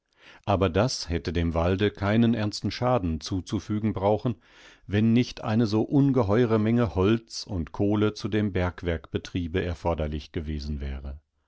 aber das hätte dem walde keinen ernsten schaden zuzufügen brauchen wenn nicht eine so ungeheure menge holz und kohle zu dem bergwerkbetriebe erforderlich gewesen wäre